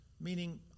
Meaning